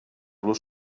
los